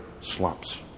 slumps